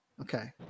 Okay